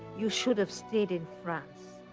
you should have stayed in france.